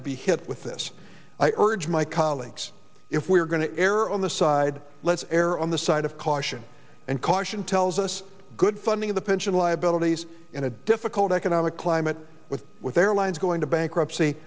would be hit with this i urge my colleagues if we're going to err on the side let's err on the side of caution and caution tells us good funding of the pension liabilities in a difficult economic climate with with airlines going to bankruptcy